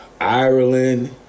Ireland